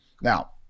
Now